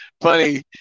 funny